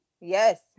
Yes